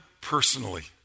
personally